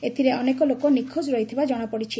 ଏଥିରେ ଅନେକ ଲୋକ ନିଖୋଜ ରହିଥିବା ଜଣାପଡ଼ିଛି